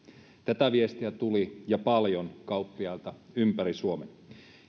tätä viestiä tuli ja paljon kauppiailta ympäri suomen